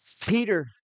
Peter